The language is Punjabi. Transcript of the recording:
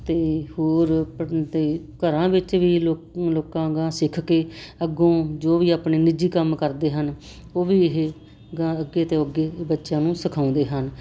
ਅਤੇ ਹੋਰ ਅਤੇ ਘਰਾਂ ਵਿੱਚ ਵੀ ਲੋਕ ਲੋਕਾਂ ਗਾਹ ਸਿੱਖ ਕੇ ਅੱਗੋਂ ਜੋ ਵੀ ਆਪਣੇ ਨਿੱਜੀ ਕੰਮ ਕਰਦੇ ਹਨ ਉਹ ਵੀ ਇਹ ਅੱਗੇ ਤੇ ਅੱਗੇ ਬੱਚਿਆਂ ਨੂੰ ਸਿਖਾਉਂਦੇ ਹਨ